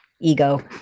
ego